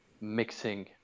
mixing